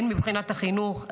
הן מבחינת החינוך,